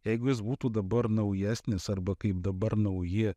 jeigu jis būtų dabar naujesnis arba kaip dabar nauji